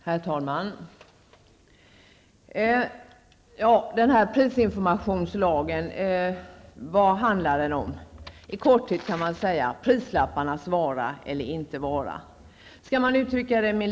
Herr talman! Vad handlar prisinformationslagen egentligen om? I korthet kan man som svar på den frågan säga att det här handlar om prislapparnas vara eller inte vara.